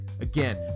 again